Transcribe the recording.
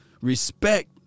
respect